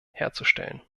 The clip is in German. herzustellen